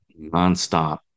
nonstop